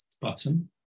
button